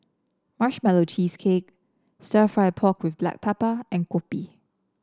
Marshmallow Cheesecake stir fry pork with Black Pepper and Kopi